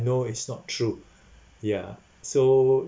know it's not true ya so